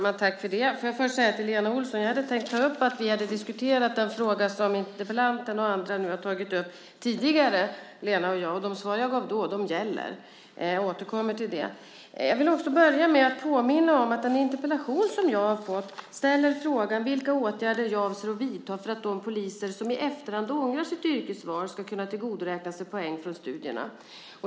Herr talman! Får jag först säga till Lena Olsson: Jag hade tänkt ta upp att vi, Lena och jag, tidigare har diskuterat den fråga som interpellanten och andra nu tagit upp. De svar jag gav då gäller. Jag återkommer till det. Jag vill också påminna om att den interpellation som jag har fått ställer frågan vilka åtgärder jag avser att vidta för att de poliser som i efterhand ångrar sitt yrkesval ska kunna tillgodoräkna sig poäng från studierna.